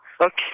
Okay